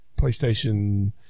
PlayStation